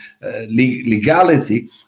legality